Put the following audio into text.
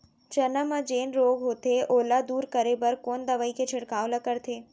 चना म जेन रोग होथे ओला दूर करे बर कोन दवई के छिड़काव ल करथे?